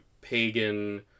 pagan